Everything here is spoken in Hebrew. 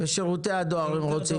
לשירותי הדואר הם רוצים.